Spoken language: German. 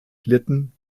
litten